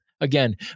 Again